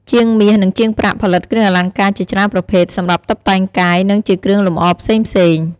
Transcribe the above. ជាងមាស និងជាងប្រាក់ផលិតគ្រឿងអលង្ការជាច្រើនប្រភេទសម្រាប់តុបតែងកាយ និងជាគ្រឿងលម្អផ្សេងៗ។